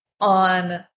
on